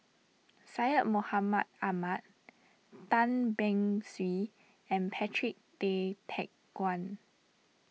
Syed Mohamed Ahmed Tan Beng Swee and Patrick Tay Teck Guan